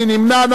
מי נמנע?